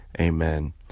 Amen